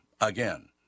Again